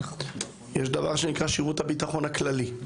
יש דבר שנקרא שירות הביטחון הכללי,